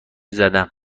زدم